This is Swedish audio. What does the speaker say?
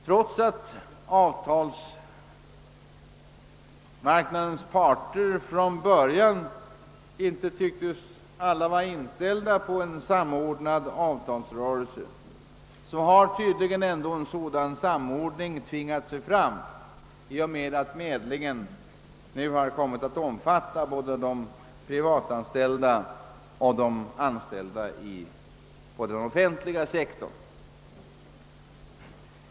Trots att inte alla avtalsmarknadens parter från början tycktes vara inställda på en samordnad avtalsrörelse, har tydligen en sådan samordning ändå tvingat sig fram. Medlingen har kommit att omfatta både de privatanställda och de anställda på den offentliga sektorn.